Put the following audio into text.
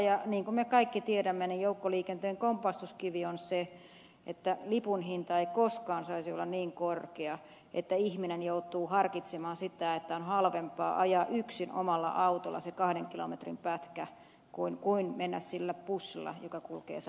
ja niin kuin me kaikki tiedämme joukkoliikenteen kompastuskivi on se että lipun hinta ei koskaan saisi olla niin korkea että ihminen joutuu harkitsemaan sitä että on halvempaa ajaa yksin omalla autolla se kahden kilometrin pätkä kuin mennä sillä bussilla joka kulkee saman matkan